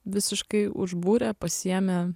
visiškai užbūrė pasiėmė